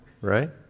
Right